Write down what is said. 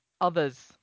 others